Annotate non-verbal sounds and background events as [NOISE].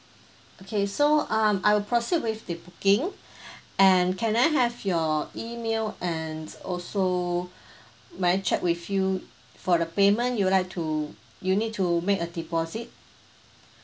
okay so um I will proceed with the booking [BREATH] and can I have your email and also [BREATH] may I check with you for the payment you would to you need to make a deposit